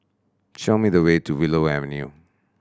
show me the way to Willow Avenue